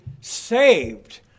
saved